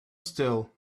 still